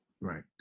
Right